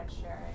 sharing